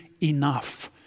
enough